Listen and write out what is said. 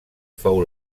fou